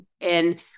and-